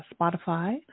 Spotify